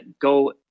go